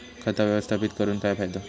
खाता व्यवस्थापित करून काय फायदो?